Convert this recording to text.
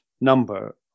number